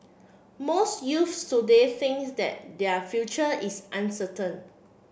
most youths today think that their future is uncertain